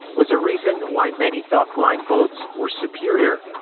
was a reason why many thought flying boats were superior.